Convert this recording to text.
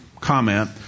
comment